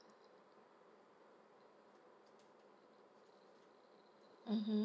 mmhmm